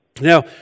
Now